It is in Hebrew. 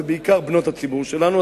ובעיקר בנות הציבור שלנו,